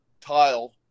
tile